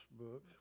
book